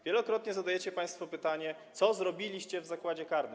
Wielokrotnie zadajecie państwo pytanie, co zrobiliście w zakładzie karnym.